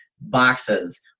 boxes